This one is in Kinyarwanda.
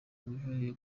bwihariye